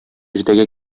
иртәгә